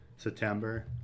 September